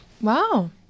Wow